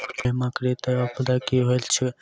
बीमाकृत आपदा की होइत छैक?